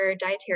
dietary